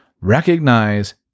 Recognize